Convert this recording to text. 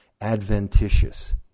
adventitious